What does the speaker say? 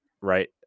right